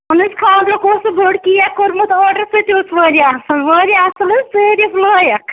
اہن حظ خاندرُک اوس سُہ بوٚڑ کیک کوٚرمُت آرڈر سُہ تہِ اوس واریاہ اَصٕل واریاہ اَصٕل حظ تعٲرِف لایق